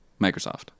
Microsoft